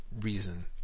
reason